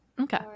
Okay